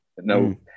No